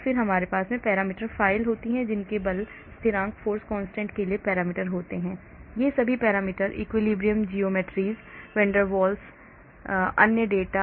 फिर हमारे पास पैरामीटर फाइलें होती हैं जिनमें बल स्थिरांक के लिए पैरामीटर होते हैं ये सभी parameter equilibrium geometries van der Waals radii अन्य डेटा